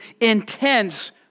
intense